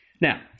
Now